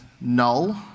null